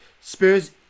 Spurs